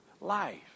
life